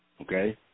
Okay